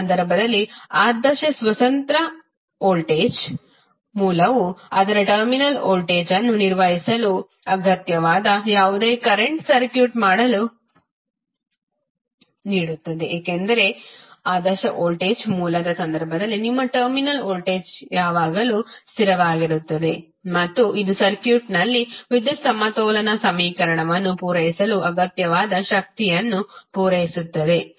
ಈ ಸಂದರ್ಭದಲ್ಲಿ ಆದರ್ಶ ಸ್ವತಂತ್ರ ವೋಲ್ಟೇಜ್ ಮೂಲವು ಅದರ ಟರ್ಮಿನಲ್ ವೋಲ್ಟೇಜ್ ಅನ್ನು ನಿರ್ವಹಿಸಲು ಅಗತ್ಯವಾದ ಯಾವುದೇ ಕರೆಂಟ್ ಸರ್ಕ್ಯೂಟ್ ಮಾಡಲು ನೀಡುತ್ತದೆ ಏಕೆಂದರೆ ಆದರ್ಶ ವೋಲ್ಟೇಜ್ ಮೂಲದ ಸಂದರ್ಭದಲ್ಲಿ ನಿಮ್ಮ ಟರ್ಮಿನಲ್ ವೋಲ್ಟೇಜ್ ಯಾವಾಗಲೂ ಸ್ಥಿರವಾಗಿರುತ್ತದೆ ಮತ್ತು ಇದು ಸರ್ಕ್ಯೂಟ್ನಲ್ಲಿ ವಿದ್ಯುತ್ ಸಮತೋಲನ ಸಮೀಕರಣವನ್ನು ಪೂರೈಸಲು ಅಗತ್ಯವಾದ ಶಕ್ತಿಯನ್ನು ಪೂರೈಸುತ್ತದೆ